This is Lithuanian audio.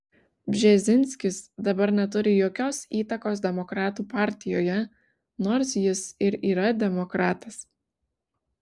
bžezinskis dabar neturi jokios įtakos demokratų partijoje nors jis ir yra demokratas